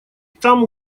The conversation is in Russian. там